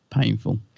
painful